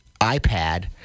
iPad